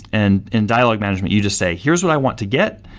and in dialog management you just say, here's what i want to get,